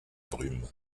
brume